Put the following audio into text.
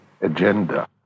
agenda